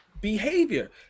behavior